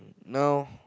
now